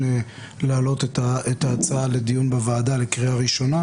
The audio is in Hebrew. להעלות את ההצעה לדיון לקריאה ראשונה בוועדה.